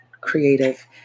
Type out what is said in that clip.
creative